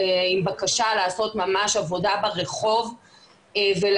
עם בקשה לעשות ממש עבודה ברחוב ולהזהיר